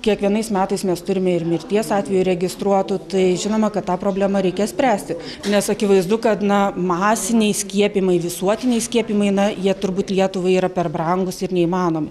kiekvienais metais mes turime ir mirties atvejų įregistruotų tai žinoma kad tą problemą reikia spręsti nes akivaizdu kad na masiniai skiepijimai visuotiniai skiepijimai na jie turbūt lietuvai yra per brangūs ir neįmanomi